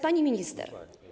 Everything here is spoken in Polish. Pani Minister!